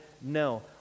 no